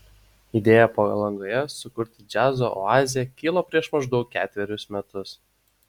idėja palangoje sukurti džiazo oazę kilo prieš maždaug ketverius metus